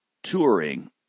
touring